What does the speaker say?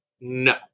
no